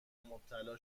مبتلا